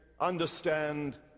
understand